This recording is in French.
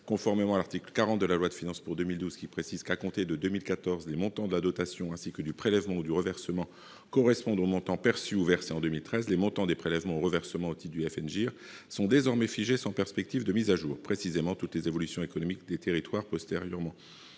Conformément à l'article 40 de la loi de finances pour 2012, qui précise que, à compter de 2014, les montants de la dotation ainsi que du prélèvement ou du reversement correspondent aux montants perçus ou versés en 2013, les montants des prélèvements ou reversements au titre du FNGIR sont désormais figés, sans perspective de mise à jour. Précisément, toutes les évolutions économiques des territoires postérieures